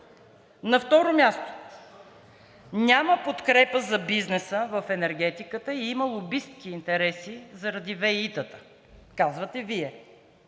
На второ място, няма подкрепа за бизнеса в енергетиката и има лобистки интереси заради ВЕИ-та, казвате Вие